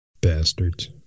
Bastards